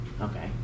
Okay